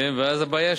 ואז הבעיה,